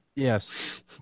Yes